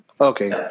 Okay